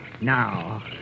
Now